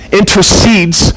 intercedes